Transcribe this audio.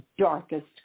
darkest